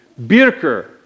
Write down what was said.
Birker